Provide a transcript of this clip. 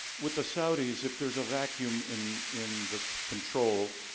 with the saudis, if there's a vacuum in in the control.